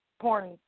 porn